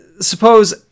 suppose